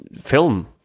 film